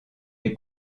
les